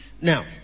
Now